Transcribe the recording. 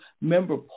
member